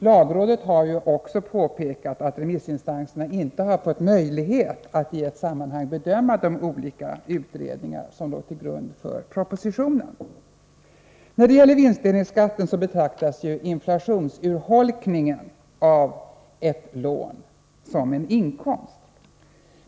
Lagrådet har också påpekat att remissinstanserna inte har fått möjlighet att i ett sammanhang bedöma de olika utredningar som låg till grund för propositionen. När det gäller vinstdelningsskatten betraktas inflationsurholkningen av ett lån som en inkomst.